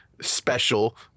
special